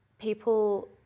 people